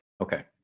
Okay